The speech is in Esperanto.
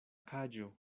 kaĝo